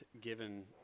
given